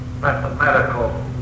mathematical